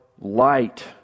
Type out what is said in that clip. light